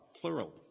plural